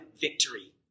victory